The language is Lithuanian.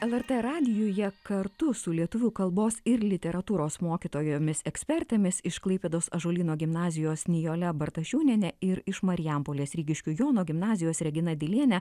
lrt radijuje kartu su lietuvių kalbos ir literatūros mokytojomis ekspertėmis iš klaipėdos ąžuolyno gimnazijos nijole bartašiūniene ir iš marijampolės rygiškių jono gimnazijos regina diliene